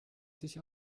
sich